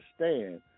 understand